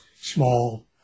small